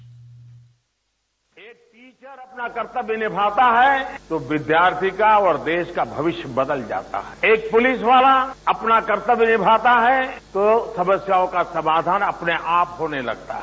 bite एक teacher अपना कर्तव्य निभाता है तो विद्यार्थी का और देश का भविष्य बदल जाता है एक प्रलिस वाला अपना कर्तव्य निमाता है तो समस्याओं का समाघान अपने आप होने लगता है